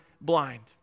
blind